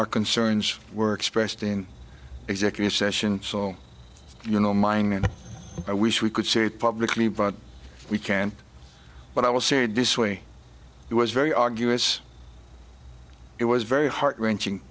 our concerns were expressed in executive session so you know mine and i wish we could say it publicly but we can't but i will say this way it was very arduous it was very heart wrenching